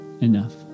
enough